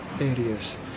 areas